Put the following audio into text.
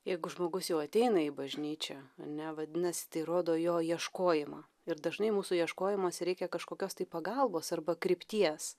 jeigu žmogus jau ateina į bažnyčią ane vadinasi tai rodo jo ieškojimą ir dažnai mūsų ieškojimuose reikia kažkokios tai pagalbos arba krypties